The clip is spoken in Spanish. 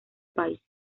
país